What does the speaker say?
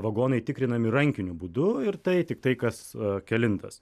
vagonai tikrinami rankiniu būdu ir tai tiktai kas kelintas